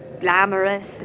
glamorous